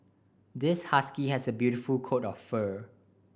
this husky has a beautiful coat of fur